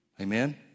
Amen